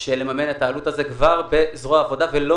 לממן את העלות הזאת כבר בזרוע העבודה ולא